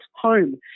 home